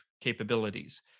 capabilities